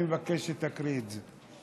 אני מבקשת שתקריא את זה.